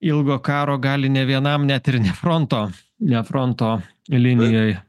ilgo karo gali nė vienam net ir ne fronto ne fronto linijoj